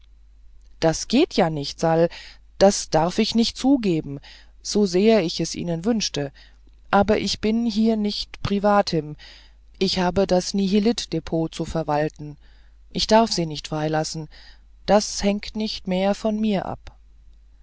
das geht ja nicht sal das darf ich nicht zugeben so sehr ich es ihnen wünschte aber ich bin hier nicht privatim ich habe das nihilitdepot zu verwalten ich darf sie nicht freilassen das hängt nicht mehr von mir ab